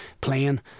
playing